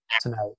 tonight